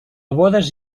bodes